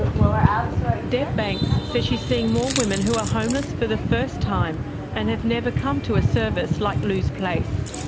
ah so ah deb banks says she's seeing more women who are homeless for the first time and have never come to a service like lou's place.